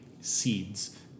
seeds